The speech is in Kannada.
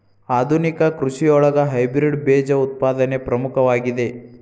ಆಧುನಿಕ ಕೃಷಿಯೊಳಗ ಹೈಬ್ರಿಡ್ ಬೇಜ ಉತ್ಪಾದನೆ ಪ್ರಮುಖವಾಗಿದೆ